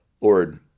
Lord